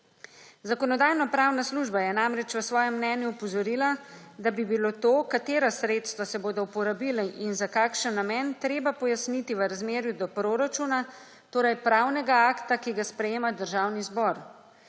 Zakonodajno-pravna služba je namreč v svojem mnenju opozorila, da bi bilo to, katera sredstva se bodo uporabila in za kakšen namen, treba pojasniti v razmerju do proračuna, torej pravnega akta, ki ga sprejema Državni zbor.